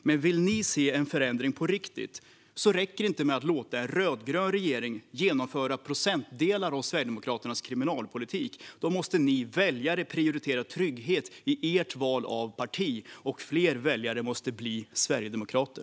Men vill ni se en förändring på riktigt räcker det inte med att låta en rödgrön regering genomföra ett antal procent av Sverigedemokraternas kriminalpolitik. Då måste ni väljare prioritera trygghet i ert val av parti, och fler väljare måste bli sverigedemokrater.